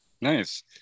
Nice